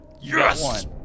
Yes